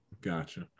Gotcha